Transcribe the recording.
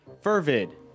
Fervid